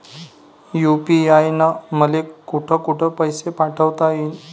UPI न मले कोठ कोठ पैसे पाठवता येईन?